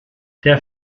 der